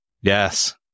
Yes